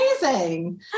amazing